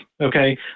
Okay